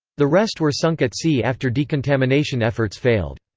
the rest were sunk at sea after decontamination efforts failed.